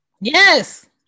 Yes